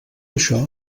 això